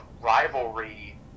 rivalry